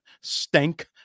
stank